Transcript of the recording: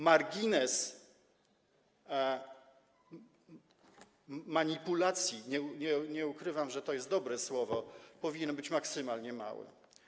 Margines manipulacji - nie ukrywam, że to jest dobre słowo - powinien być maksymalnie mały.